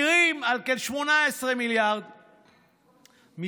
הסתרה היא